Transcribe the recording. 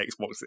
Xbox